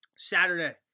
Saturday